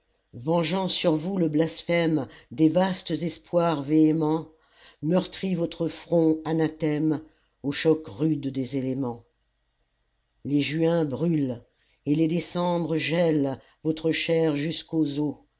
vengeant sur vous le blasphème des vastes espoirs véhéments meurtrit votre front anathème au choc rude des éléments les juins brûlent et les décembres gèlent votre chair jusqu'aux os